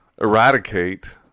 eradicate